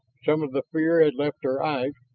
some of the fear had left her eyes,